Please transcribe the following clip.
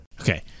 Okay